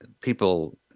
people